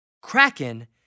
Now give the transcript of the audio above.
kraken